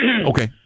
okay